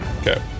Okay